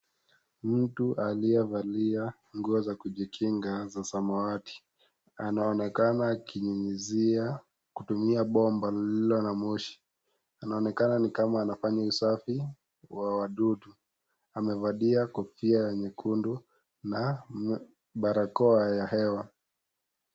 Mtu aliyevalia nguo za kujikinga za samawati. Anaonekana akininyunyizia kutumia bomba lilio na moshi. Anaonekana ni kama anafanya usafi wa wadudu. Amevalia kofia nyekundu na barakoa ya hewa.